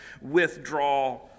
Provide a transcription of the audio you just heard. withdraw